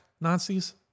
Nazis